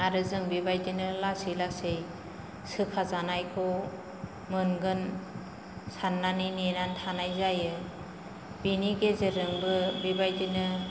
आरो जों बेबायदिनो लासै लासै सोखा जानायजौ मोनगोन साननानै नेनानै थानाय जायो बेनि गेजेरजोंबो बेबायदिनो